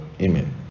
Amen